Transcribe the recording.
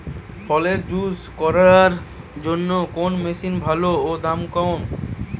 ফলের জুস করার জন্য কোন মেশিন ভালো ও দাম কম?